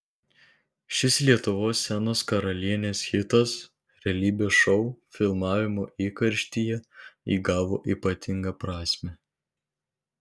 šis lietuvos scenos karalienės hitas realybės šou filmavimo įkarštyje įgavo ypatingą prasmę